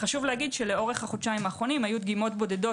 לאורך החודשיים האחרונים היו דגימות בודדות